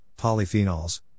polyphenols